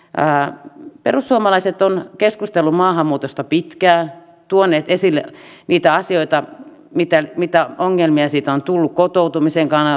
mutta perussuomalaiset ovat keskustelleet maahanmuutosta pitkään tuoneet esille niitä asioita mitä ongelmia siitä on tullut kotoutumisen kannalta kuluja